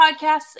podcasts